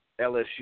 LSU